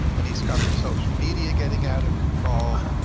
and he's covered social media getting out of control.